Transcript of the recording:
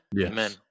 Amen